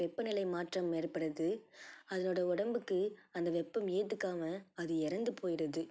வெப்பநிலை மாற்றம் ஏற்படுது அதனோடய உடம்புக்கு அந்த வெப்பம் ஏத்துக்காமல் அது இறந்து போயிடுது